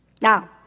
Now